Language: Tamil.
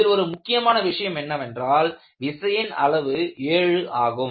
இதில் ஒரு முக்கியமான விஷயம் என்னவென்றால் விசையின் அளவு 7 ஆகும்